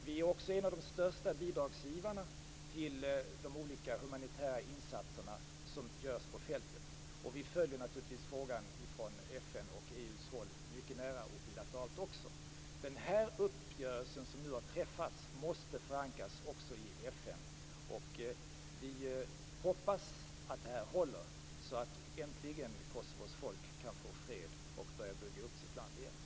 Vi är också en av de största bidragsgivarna till de olika humanitära insatser som görs på fältet, och vi följer naturligtvis frågan från FN:s och från EU:s håll liksom även bilateralt. Den uppgörelse som nu har träffats måste förankras också i FN, och vi hoppas att den håller, så att Kosovos folk kan få fred och börja bygga upp sitt land igen.